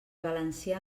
valencià